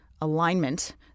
alignment